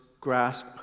grasp